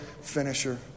finisher